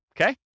okay